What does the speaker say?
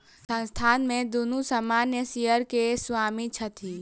संस्थान में दुनू सामान्य शेयर के स्वामी छथि